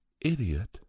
idiot